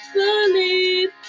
believe